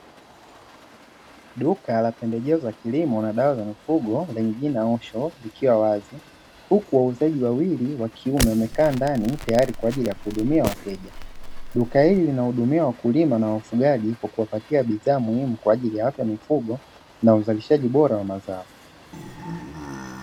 Duka la pembejeo za kilimo na dawa za mifugo, lenye Jina "Woshop" likiwa wazi huku wauzaji wawili wa kiume wamekaa ndani tayari kwa ajili ya kuhudumia wateja. Duka hili kinahusika wakulima na wafugaji kwa kuwapatia bidhaa muhimu kwa ajili ya mifugo na uzalishaji bora wa mazao.